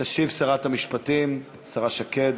תשיב שרת המשפטים, השרה שקד.